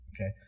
okay